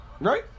Right